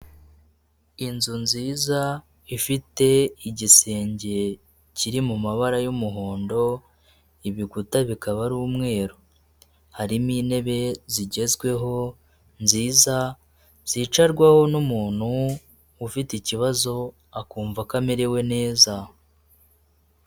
Inzu nziza ifite igisenge kiri mu mabara y'umuhondo, ibikuta bikaba ari umweru, harimo intebe zigezweho nziza zicarwaho n'umuntu ufite ikibazo, akumva ko amerewe neza.